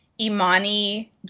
Imani